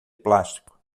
plástico